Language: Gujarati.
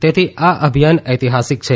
તેથી આ અભિયાન ઐતિહાસીક છે